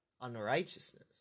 unrighteousness